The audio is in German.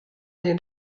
den